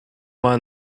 mind